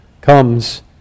comes